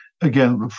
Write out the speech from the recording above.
again